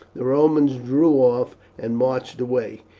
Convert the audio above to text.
the romans drew off and marched away,